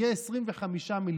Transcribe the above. יהיו 25 מיליארד.